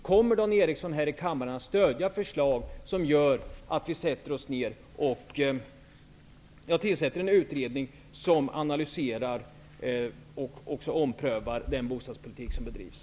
Kom mer Dan Eriksson att här i kammaren stödja för slag som gör att vi tillsätter en utredning som ana lyserar och även omprövar den bostadspolitik som bedrivs?